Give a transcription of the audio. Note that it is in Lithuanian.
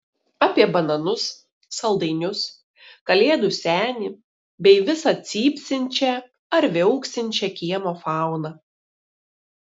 apie bananus saldainius kalėdų senį bei visą cypsinčią ar viauksinčią kiemo fauną